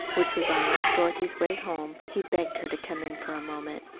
which was on miss dorothy's way home, he begged her to come in for a moment.